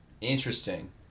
Interesting